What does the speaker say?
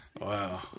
Wow